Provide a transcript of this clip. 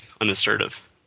unassertive